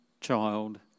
child